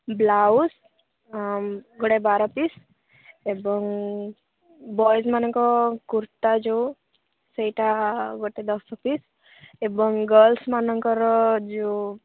blouse ଗୁଡ଼େ ବାର piece ଏବଂ ବଏଜ୍ ମାନଙ୍କ କୁର୍ତ୍ତା ଯେଉଁ ସେଇଟା ଗୋଟେ ଦଶ ପିସ୍ ଏବଂ ଗର୍ଲସମାନଙ୍କର ଯେଉଁ